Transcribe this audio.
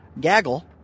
gaggle